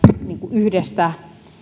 yhdestä